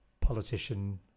politician